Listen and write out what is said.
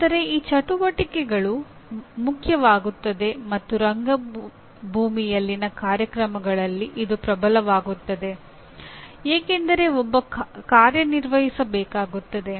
ಆದರೆ ಈ ಚಟುವಟಿಕೆಗಳು ಮುಖ್ಯವಾಗುತ್ತವೆ ಮತ್ತು ರಂಗಭೂಮಿಯಲ್ಲಿನ ಕಾರ್ಯಕ್ರಮಗಳಲ್ಲಿ ಇದು ಪ್ರಬಲವಾಗುತ್ತವೆ ಏಕೆಂದರೆ ಒಬ್ಬರು ಕಾರ್ಯನಿರ್ವಹಿಸಬೇಕಾಗುತ್ತದೆ